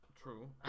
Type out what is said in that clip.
True